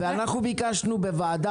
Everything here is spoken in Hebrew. אנחנו ביקשנו בוועדה,